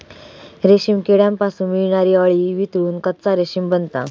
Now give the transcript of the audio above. रेशीम किड्यांपासून मिळणारी अळी वितळून कच्चा रेशीम बनता